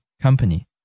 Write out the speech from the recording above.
company